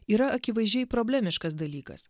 yra akivaizdžiai problemiškas dalykas